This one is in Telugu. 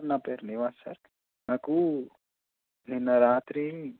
నా పేరు నివాజ సార్ నాకు నిన్న రాత్రి